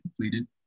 completed